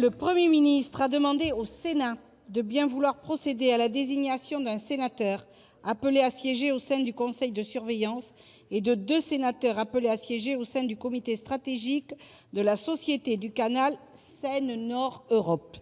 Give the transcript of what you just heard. le Premier ministre a demandé au Sénat de bien vouloir procéder à la désignation d'un sénateur appelé à siéger au sein du conseil de surveillance et de deux sénateurs appelés à siéger au sein du comité stratégique de la Société du canal Seine-Nord Europe.